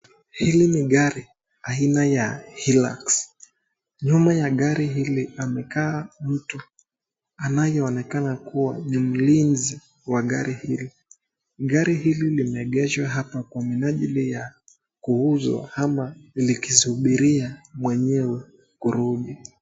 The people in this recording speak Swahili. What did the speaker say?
Hii ni gari aina ya Hilux . Nyuma ya gari hili amekaa mtu anayeonekana kuwa ni mlinzi wa gari hili. Gari hili limeegeshwa hapo kwa minajili ya kuuzwa ama likisubiria mwenyewe kurudi.